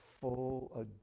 full